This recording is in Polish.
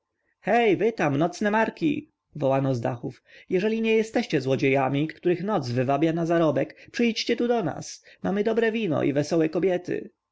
tam nocne włóczęgi wołano z dachów jeżeli nie jesteście złodziejami których noc wywabiła na zarobek przyjdźcie tu do nas mamy dobre wino i wesołe kobiety